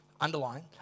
underline